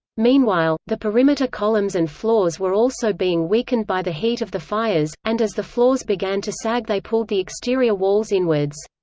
meanwhile, the perimeter columns and floors were also being weakened by the heat of the fires, and as the floors began to sag they pulled the exterior walls inwards.